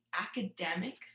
academic